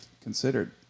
considered